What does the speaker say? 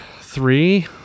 three